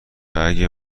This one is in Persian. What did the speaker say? اگه